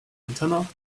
antenna